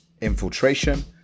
infiltration